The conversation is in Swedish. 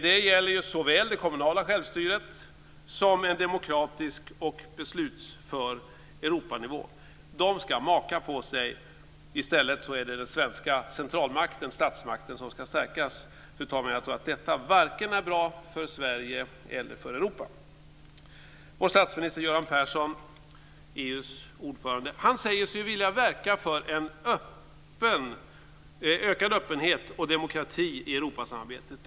Det gäller såväl det kommunala självstyret som en demokratisk och beslutsför Europanivå. De ska maka på sig. I stället är det den svenska centralmakten, statsmakten, som ska stärkas. Fru talman! Jag tror att detta varken är bra för Sverige eller för Europa. Vår statsminister Göran Persson, EU:s ordförande, säger sig vilja verka för en ökad öppenhet och demokrati i Europasamarbetet.